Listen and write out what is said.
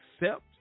accept